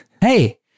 Hey